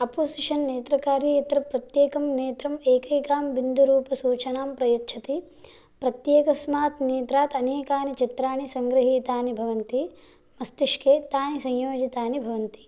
apposition नेत्रकार्ये यत्र प्रत्येकं नेत्रम् एकैकां बिन्दुरूपसूचनां प्रयच्छति प्रत्येकस्मात् नेत्रात् अनेकानि चित्राणि सङ्गृहीतानि भवन्ति मस्तिष्के तानि संयोजितानि भवन्ति